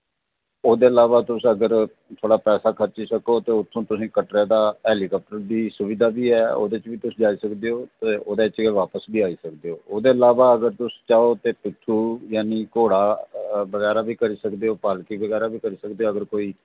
ओह्दे अलावा तुस अगर थोह्ड़ा पैसा खर्ची सको ते उत्थूं तुसें गी कटड़े दा हैलीकाप्टर दी सुबधा बी ऐ ओह्दे च बी तुस जाई सकदे ओ ते ओह्दे च गै बापस बी आई सकदे ओ ओह्दे अलावा अगर तुस चाहो ते पिट्ठू यानि घोड़ा बगैरा बी करी सकदे ओ पालकी बगैरा बी करी सकदे ओ अगर कोई